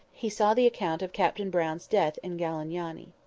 he saw the account of captain brown's death in galignani.